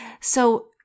so-